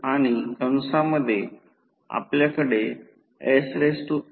तर V2 I याचा अर्थ असा आहे की ही व्होल्टेज समान आहे